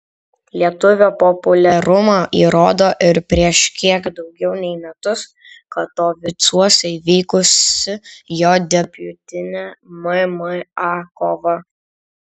lietuvio populiarumą įrodo ir prieš kiek daugiau nei metus katovicuose vykusi jo debiutinė mma kova